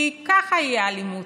כי ככה היא האלימות,